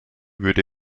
würde